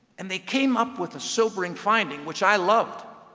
and they came up with a sobering finding, which i loved.